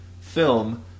film